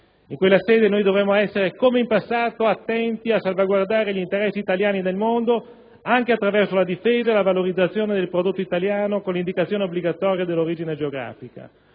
In quella sede come in passato, dovremo essere attenti a salvaguardare gli interessi italiani nel mondo, anche attraverso la difesa e la valorizzazione del prodotto italiano, con l'indicazione obbligatoria dell'origine geografica.